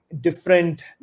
different